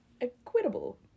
equitable